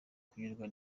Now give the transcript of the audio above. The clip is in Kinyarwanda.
kunyurwa